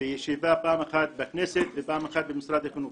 שבאה פעם אחת בכנסת ופעם אחת במשרד החינוך.